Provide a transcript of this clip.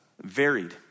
varied